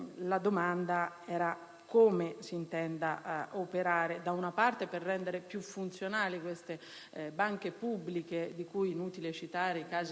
come si intende operare, da una parte per rendere più funzionali queste banche pubbliche - tra le quali è inutile citare i casi di Matera e Sciacca